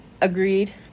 agreed